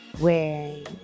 wearing